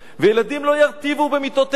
וילדים לא ירטיבו במיטותיהם,